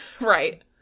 Right